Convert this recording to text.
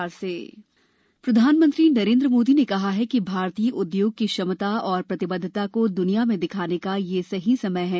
PM ASSOCHAM प्रधानमंत्री नरेंद्र मोदी ने कहा है कि भारतीय उद्योग की क्षमता और प्रतिबद्धता को दुनिया में दिखाने का यह सही समय है